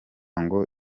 ngo